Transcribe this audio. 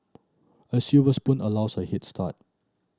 a silver spoon allows a head start